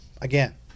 Again